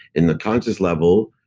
in the conscious level,